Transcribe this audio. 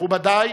מכובדי,